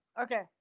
Okay